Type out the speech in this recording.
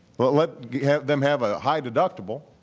but let them have a high-deductible.